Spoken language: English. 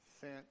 sent